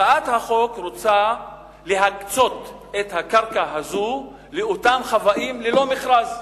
הצעת החוק רוצה להקצות את הקרקע הזאת לאותם חוואים ללא מכרז.